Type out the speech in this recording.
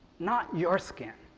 not your skin.